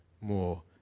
more